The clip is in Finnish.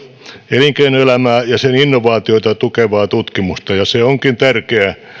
elinkeinoelämää ja sen innovaatioita tukevaa tutkimusta ja se onkin tärkeää